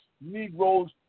Negroes